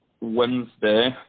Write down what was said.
Wednesday